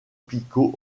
pico